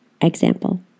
Example